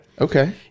Okay